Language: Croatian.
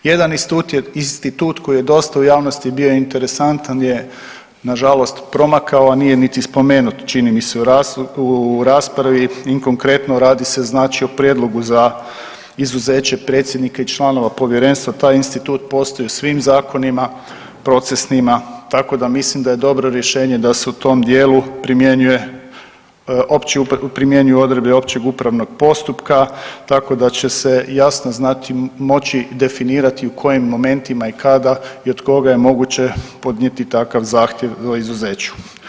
Jedan institut koji je dosta u javnosti bio interesantan je, na žalost promakao, a nije niti spomenut, čini mi se u raspravi i konkretno radi se znači o prijedlogu za izuzeće predsjednika i članove Povjerenstva, taj institut postoji u svim zakonima, procesnima, tako da mislim da je dobro rješenje da se u tom dijelu primjenjuju odredbe općeg upravnog postupka, tako da će se jasno znati moći definirati u kojem momentima i kada i od koga je moguće podnijeti takav zahtjev za izuzeću.